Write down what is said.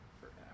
forever